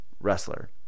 wrestler